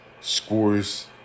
scores